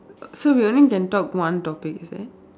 so we only can talk one topic is it